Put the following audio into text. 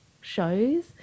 shows